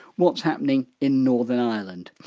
what's happening in northern ireland?